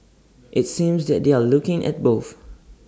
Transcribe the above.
IT seems that they're looking at both